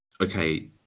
okay